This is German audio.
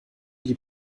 die